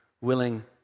willing